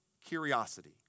curiosity